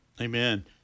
Amen